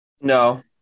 No